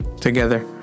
together